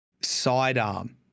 Sidearm